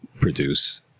produce